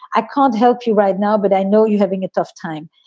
i can't help you right now, but i know you're having a tough time.